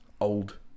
old